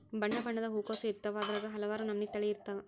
ಬಣ್ಣಬಣ್ಣದ ಹೂಕೋಸು ಇರ್ತಾವ ಅದ್ರಾಗ ಹಲವಾರ ನಮನಿ ತಳಿ ಇರ್ತಾವ